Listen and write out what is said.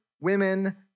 women